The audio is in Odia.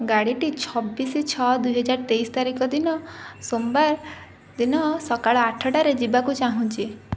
ଗାଡ଼ିଟି ଛବିଶ ଛଅ ଦୁଇହଜାର ତେଇଶ ତାରିଖ ଦିନ ସେମାବାର ଦିନ ସକାଳ ଆଠଟାରେ ଯିବାକୁ ଚାହୁଁଛି